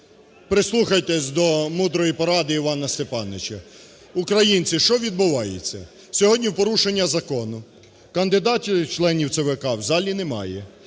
Прислухайтеся до мудрої поради Івана Степановича. Українці, що відбувається? Сьогодні порушення закону кандидатів в члени ЦВК в залі немає,